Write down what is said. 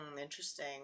Interesting